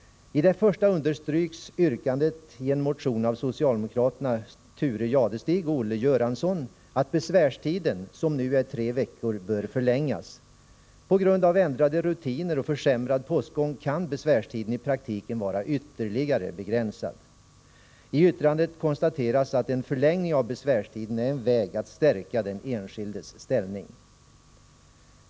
I det första understryks yrkandet i en motion av socialdemokraterna Thure Jadestig och Olle Göransson att besvärstiden, som nu är tre veckor, bör förlängas. På grund av ändrade rutiner och försämrad postgång kan besvärstiden i praktiken vara ytterligare begränsad. I yttrandet konstateras att en förlängning av besvärstiden är en väg att stärka den enskildes ställning.